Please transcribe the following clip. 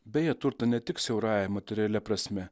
beje turtą ne tik siaurąja materialia prasme